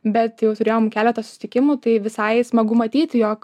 bet jau turėjom keletą susitikimų tai visai smagu matyti jog